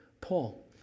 Paul